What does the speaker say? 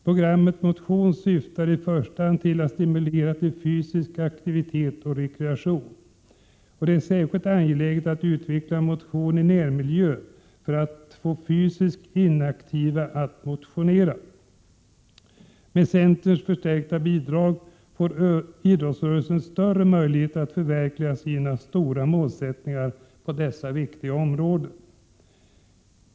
Programmet Motion syftar i första hand till att stimulera fysisk aktivitet och rekreation. Det är särskilt angeläget att utveckla motion i närmiljö för att få fysiskt inaktiva att motionera. Med centerns förstärkta bidrag får idrottsrörelsen större möjligheter att förverkliga sina stora målsättningar på dessa viktiga områden.